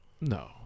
No